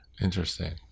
Interesting